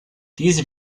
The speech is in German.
diese